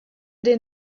den